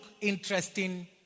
interesting